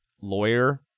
lawyer